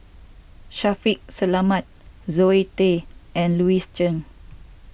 Shaffiq Selamat Zoe Tay and Louis Chen